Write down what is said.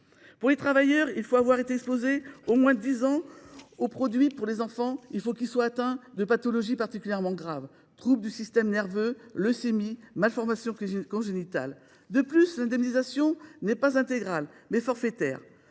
pour les travailleurs, il faut avoir été exposé au moins dix ans au produit ; pour les enfants, il faut être atteint de pathologies particulièrement graves – troubles du système nerveux, leucémie, malformation congénitale. De plus, l’indemnisation est non pas intégrale, mais forfaitaire.